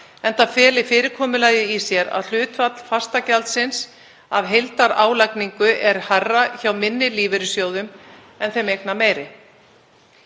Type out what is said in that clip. enda feli fyrirkomulagið í sér að hlutfall fastagjaldsins af heildarálagningu er hærra hjá minni lífeyrissjóðum en þeim eignameiri.